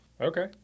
Okay